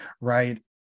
right